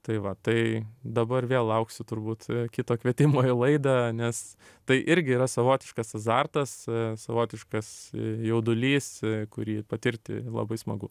tai va tai dabar vėl lauksiu turbūt kito kvietimo į laidą nes tai irgi yra savotiškas azartas savotiškas jaudulys kurį patirti labai smagu